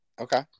Okay